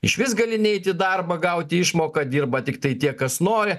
išvis gali neiti į darbą gauti išmoką dirba tiktai tie kas nori